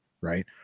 right